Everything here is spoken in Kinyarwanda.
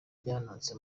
byabonetse